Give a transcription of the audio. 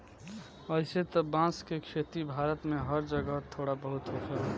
अइसे त बांस के खेती भारत में हर जगह थोड़ा बहुत होखेला